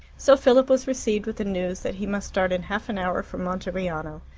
so philip was received with the news that he must start in half an hour for monteriano.